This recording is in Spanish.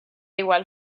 igual